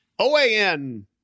OAN